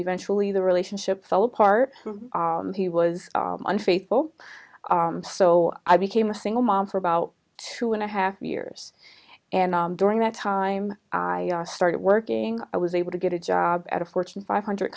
eventually the relationship fell apart he was unfaithful so i became a single mom for about two and a half years and during that time i started working i was able to get a job at a fortune five hundred